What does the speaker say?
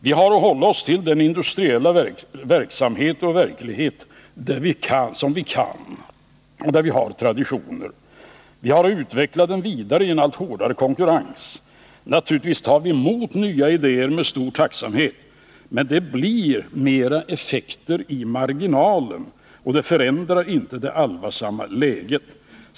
Vi har att hålla oss till den industriella verksamhet och verklighet som vi kan och där vi har traditioner. Vi har att utveckla den vidare i en allt hårdare konkurrens. Naturligtvis tar vi emot nya idéer med stor tacksamhet, men detta blir mer effekter i marginalen, och det förändrar inte det allvarsamma dagsläget.